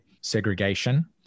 segregation